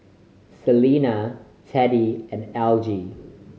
Selena Teddie and Algie